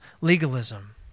legalism